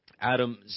Adam